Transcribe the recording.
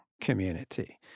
community